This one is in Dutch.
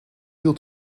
wiel